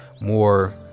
more